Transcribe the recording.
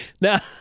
Now